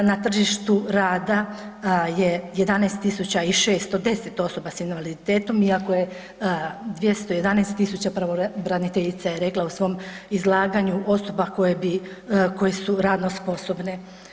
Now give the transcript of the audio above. Na tržištu rada je 11 610 osoba s invaliditetom iako je 211 000, pravobraniteljica je rekla u svom izlaganju, osoba koje bi, koje su radno sposobne.